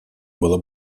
была